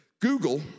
Google